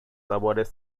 sabores